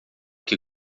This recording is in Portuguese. que